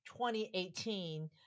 2018